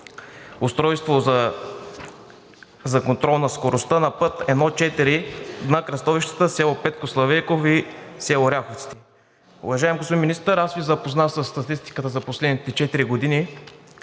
средство за контрол на скоростта на път I-4 на кръстовище за село Петко Славейков и село Ряховците. Уважаеми господин Министър, искам да Ви запозная със статистиката за последните четири